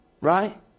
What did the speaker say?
right